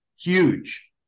Huge